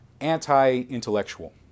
anti-intellectual